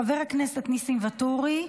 חבר הכנסת ניסים ואטורי,